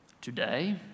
today